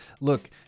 Look